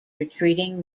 retreating